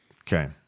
Okay